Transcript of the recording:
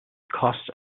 cost